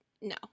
No